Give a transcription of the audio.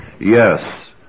Yes